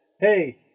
Hey